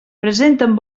presenten